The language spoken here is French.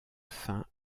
fin